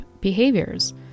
behaviors